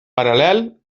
paral·lel